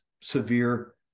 severe